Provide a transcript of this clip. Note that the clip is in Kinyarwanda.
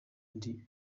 ndi